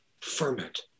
ferment